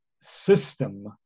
system